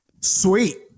Sweet